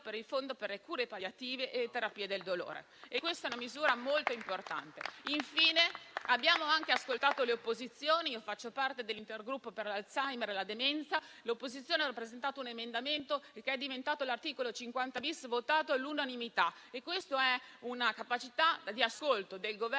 per il Fondo per le cure palliative e terapie del dolore. Questa è una misura molto importante. Infine, abbiamo anche ascoltato le opposizioni. Io faccio parte dell'Intergruppo per l'Alzheimer e le demenze. L'opposizione ha presentato un emendamento, che è diventato l'articolo 50-*bis*, votato all'unanimità. Questo mostra la capacità di ascolto del Governo